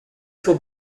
suo